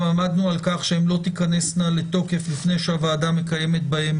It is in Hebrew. עמדנו על כך שהן לא תיכנסנה לתוקף לפני שהוועדה מקיימת בהן